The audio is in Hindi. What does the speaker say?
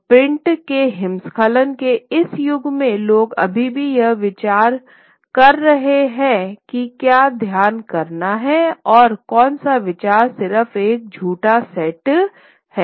तो प्रिंट के हिमस्खलन के इस युग में लोग अभी भी यह विचार के रहे है कि क्या ध्यान करना हैं और कौन सा विचार सिर्फ एक झूठा सेट है